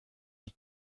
die